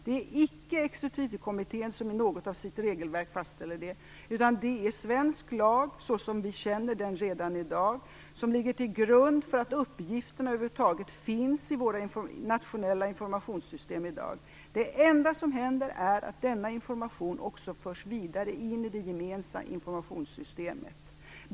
Det är icke exekutivkommittén som i något av sina regelverk fastställer det, utan det är svensk lag, såsom vi känner den redan i dag, som ligger till grund för att uppgifterna över huvud taget finns i våra nationella informationssystem i dag. Det enda som händer är att denna information också förs vidare in i det gemensamma informationssystemet.